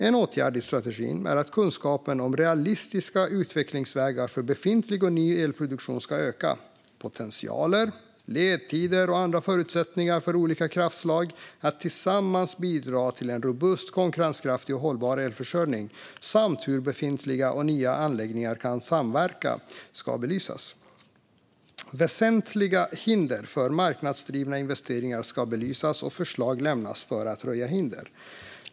En åtgärd i strategin är att kunskapen om realistiska utvecklingsvägar för befintlig och ny elproduktion ska öka. Potentialer, ledtider och andra förutsättningar för olika kraftslag att tillsammans bidra till en robust, konkurrenskraftig och hållbar elförsörjning samt hur befintliga och nya anläggningar kan samverka ska belysas. Väsentliga hinder för marknadsdrivna investeringar ska belysas och förslag lämnas för att undanröja hinder.